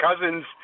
cousins